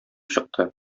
чыкты